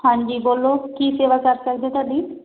ਹਾਂਜੀ ਬੋਲੋ ਕੀ ਸੇਵਾ ਕਰ ਸਕਦੇ ਤੁਹਾਡੀ